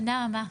תודה רבה.